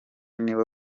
niwe